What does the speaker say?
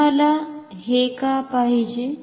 तुम्हाला हे का पाहिजे